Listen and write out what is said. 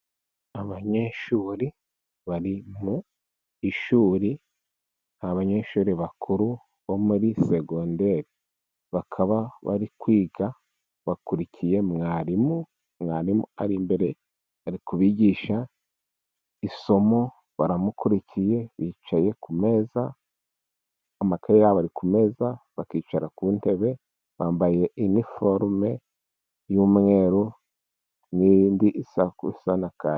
Abanyeshuri bari mu ishuri, ni banyeshuri bakuru bo muri segonderi bakaba bari kwiga bakurikiye mwarimu, mwarimu ari imbere ari kubigisha isomo baramukurikiye bicaye ku ntebe amakayi yabo ari ku meza, bakicara ku ntebe bambaye iniforume y'umweru n'indi isa na kaki.